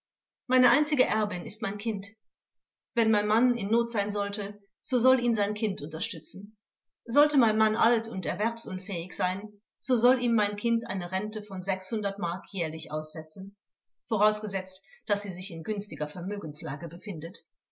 meine einzige erbin ist mein kind wenn mein mann in not sein sollte so soll ihn sein kind unterstützen sollte mein mann alt und erwerbsunfähig sein so soll ihm mein kind eine rente von mark jährlich aussetzen vorausgesetzt daß sie sich in günstiger vermögenslage befindet